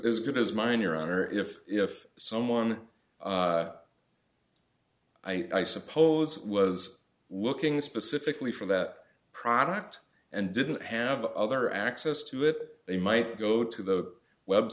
as good as mine your honor if if someone i suppose was looking specifically for that product and didn't have other access to it they might go to the